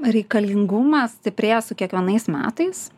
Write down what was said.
reikalingumas stiprėja su kiekvienais metais